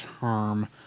term